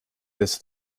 this